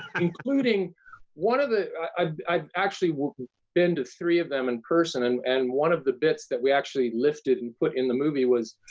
and including one of the, i've actually been to three of them in person, and and one of the bits that we actually lifted and put in the movie was